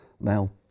now